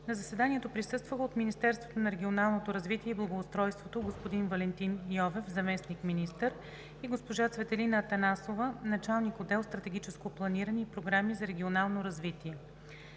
На заседанието присъстваха от Министерството на регионалното развитие и благоустройството – господин Валентин Йовев – заместник-министър, и госпожа Цветелина Атанасова – началник на отдел „Стратегическо планиране и програми за регионално развитие“.